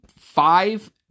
five